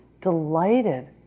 delighted